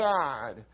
God